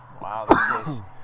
Wow